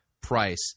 price